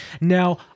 Now